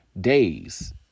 days